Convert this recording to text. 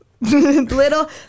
Little